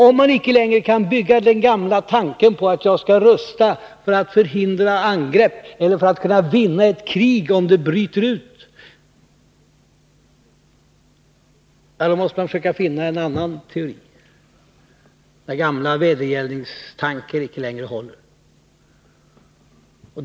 Om man icke längre kan bibehålla den gamla tanken på att rusta för att förhindra angrepp eller för att kunna vinna ett krig om det bryter ut, när den gamla vedergällningstanken icke längre håller, då måste man försöka finna en annan teori.